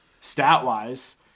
stat-wise